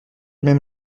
même